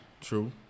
True